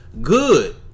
Good